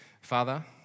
Father